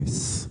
אפס.